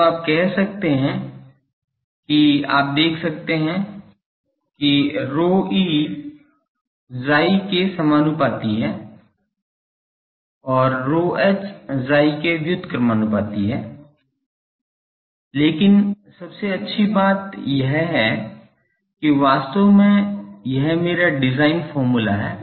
तो आप कह सकते हैं कि आप देख सकते हैं कि ρe Chi के समानुपाती है और ρh chi के व्युत्क्रमानुपाती है लेकिन सबसे अच्छी बात यह है कि वास्तव में यह मेरा डिज़ाइन फॉर्मूला है